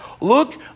Look